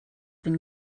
been